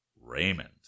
Raymond